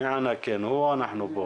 שלום וברכה.